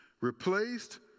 replaced